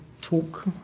talk